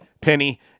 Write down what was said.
penny